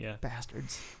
Bastards